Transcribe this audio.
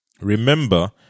Remember